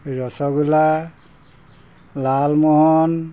rasgulla Lalmohan